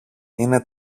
είναι